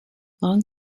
long